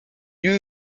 eut